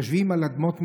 יושבים על אדמות מדינה,